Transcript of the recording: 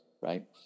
right